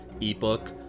ebook